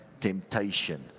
temptation